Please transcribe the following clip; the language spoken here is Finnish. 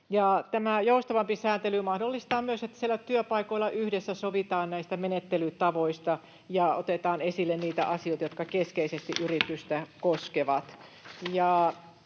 Tämä joustavampi sääntely mahdollistaa myös sen, että siellä työpaikoilla yhdessä sovitaan näistä menettelytavoista ja otetaan esille niitä asioita, jotka keskeisesti yritystä koskevat.